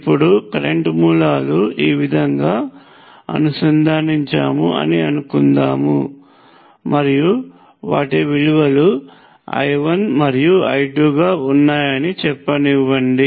ఇప్పుడు కరెంట్ మూలాలు ఈ విధంగా అనుసంధానించాము అని అనుకుందాము మరియు వాటి విలువలు I1 మరియు I2 గా ఉన్నాయని చెప్పనివ్వండి